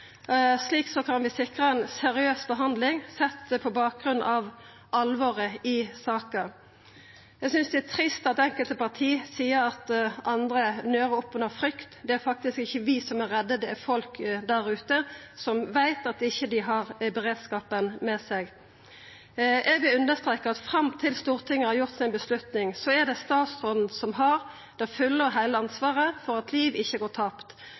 Slik kan vi sikra ei seriøs behandling, sett på bakgrunn av alvoret i saka. Eg synest det er trist at enkelte parti seier at andre nører opp under frykt. Det er faktisk ikkje vi som er redde, det er folk der ute, som veit at dei ikkje har beredskapen med seg. Eg vil understreka at fram til Stortinget har tatt avgjerda, er det statsråden som har det fulle og heile ansvaret for at liv ikkje går tapt.